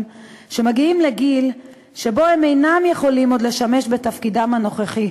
שמגיעים לגיל שבו הם אינם יכולים עוד לשמש בתפקידם הנוכחי,